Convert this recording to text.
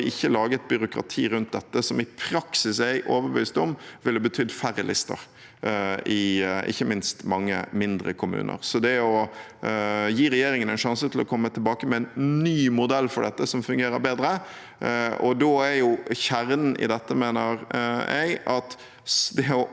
gi regjeringen en sjanse til å komme tilbake med en ny modell for dette, som fungerer bedre. Da er kjernen i dette, mener jeg, at det å overlevere samtykke må det for det første finnes en enkel metode for, og for det andre må det kunne skje etter listefristen, ikke før.